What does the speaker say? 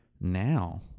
Now